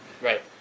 Right